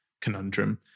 conundrum